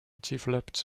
developed